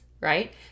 right